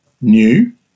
new